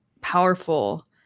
powerful